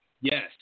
Yes